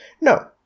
No